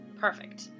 Perfect